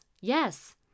yes